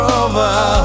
over